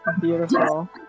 Beautiful